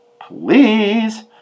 please